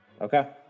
Okay